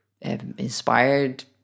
inspired